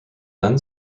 then